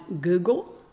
Google